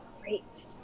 Great